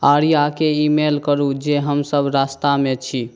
आर्याके email करू जे हम सब रास्तामे छी